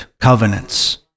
covenants